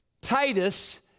Titus